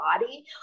body